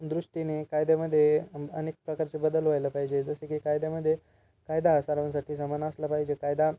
दृष्टीने कायद्यामध्ये अनेक प्रकारचे बदल व्हायला पाहिजे जसे की कायद्यामध्ये कायदा हा सर्वासाठी सामान असला पाहिजे कायदा